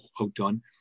outdone